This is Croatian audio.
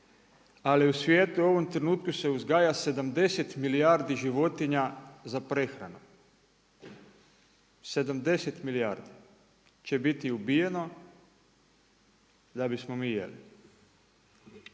ali u svijetu u ovom trenutku se uzgaja 70 milijardi životinja za prehranu, 70 milijardi će biti ubijeno da bismo mi jeli.